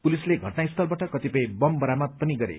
पुलिसले घटनास्थलबाट कतिपय बम बरामद पनि गरे